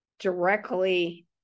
directly